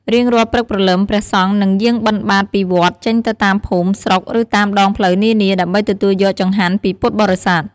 រៀងរាល់ព្រឹកព្រលឹម ព្រះសង្ឃនឹងយាងបិណ្ឌបាតពីវត្ត ចេញទៅតាមភូមិ ស្រុក ឬតាមដងផ្លូវនានា ដើម្បីទទួលយកចង្ហាន់ពីពុទ្ធបរិស័ទ។